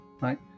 right